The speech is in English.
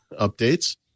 updates